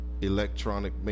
electronic